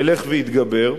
ילך ויתגבר.